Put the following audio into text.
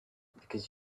because